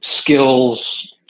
skills